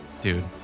Dude